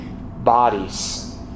bodies